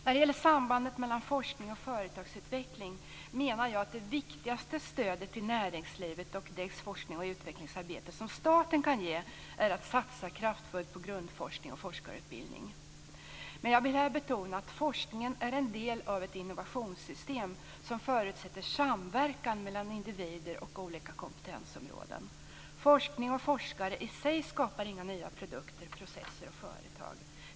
När det gäller sambandet mellan forskning och företagsutveckling menar jag att det viktigaste stöd till näringslivet och dess forsknings och utvecklingsarbete som staten kan ge är att satsa kraftfullt på grundforskning och forskarutbildning. Men jag vill här betona att forskningen är en del av ett innovationssystem som förutsätter samverkan mellan individer och olika kompetensområden. Forskning och forskare i sig skapar inga nya produkter, processer och företag.